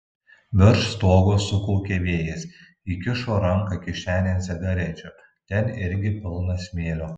virš stogo sukaukė vėjas įkišo ranką kišenėn cigarečių ten irgi pilna smėlio